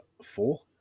four